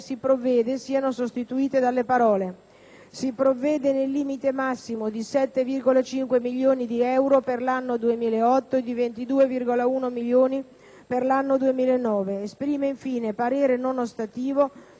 "si provvede nel limite massimo di 7,5 milioni di euro per l'anno 2008 e 22,1 milioni per l'anno 2009,". Esprime, infine, parere non ostativo sui restanti emendamenti».